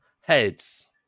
heads